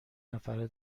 نفره